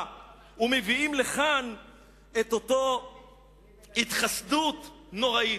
ומביאים לכאן את אותה התחסדות נוראית.